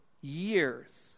years